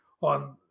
on